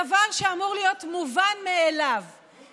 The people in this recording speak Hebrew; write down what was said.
הדבר שאמור להיות מובן מאליו,